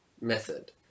method